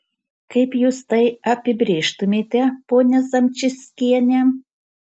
kaip jūs tai apibrėžtumėte ponia zamžickiene